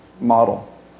model